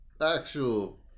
actual